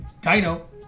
Dino